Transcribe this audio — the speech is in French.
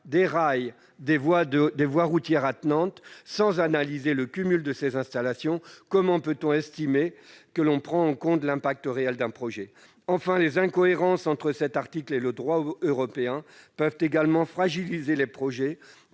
les rails et les voies routières attenantes, sans analyser le cumul de ces installations, comment peut-on estimer que l'on prend en compte l'impact réel d'un projet ? Enfin, les incohérences entre cet article et le droit européen peuvent également fragiliser les projets,